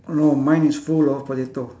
oh no mine is full of potato